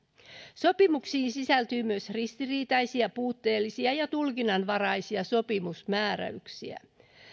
sopimuksiin sisältyy myös ristiriitaisia puutteellisia ja tulkinnanvaraisia sopimusmääräyksiä